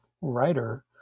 writer